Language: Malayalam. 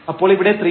അപ്പോൾ ഇവിടെ 34